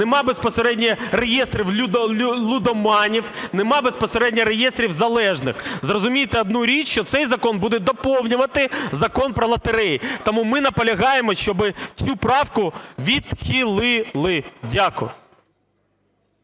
немає безпосередньо реєстрів лудоманів, нема безпосередньо реєстрів залежних. Зрозумійте одну річ, що цей закон буде доповнювати Закон про лотереї. Тому ми наполягаємо, щоб цю правку відхилили. Дякую.